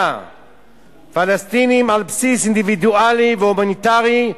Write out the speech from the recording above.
פלסטינים על בסיס אינדיבידואלי והומניטרי,